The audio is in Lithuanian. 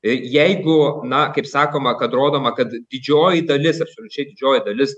ir jeigu na kaip sakoma kad rodoma kad didžioji dalis absoliučiai didžioji dalis